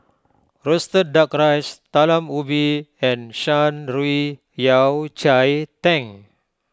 Roasted Duck Rice Talam Ubi and Shan Rui Yao Cai Tang